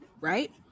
right